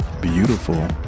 Beautiful